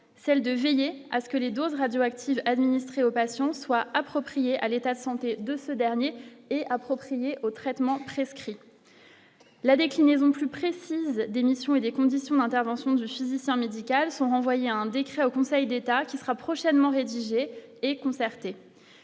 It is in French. celle de veiller à ce que les doses radioactives administré au patient soit appropriés à l'état de santé de ce dernier et appropriée au traitement prescrit la déclinaison plus précise des missions et des conditions d'intervention du physicien médical sont renvoyées à un décret au Conseil d'État qui sera prochainement rédigé et concertée.